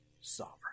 sovereign